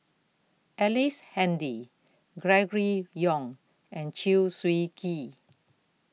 Ellice Handy Gregory Yong and Chew Swee Kee